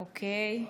אוקיי.